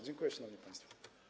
Dziękuję, szanowni państwo.